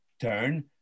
turn